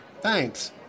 Thanks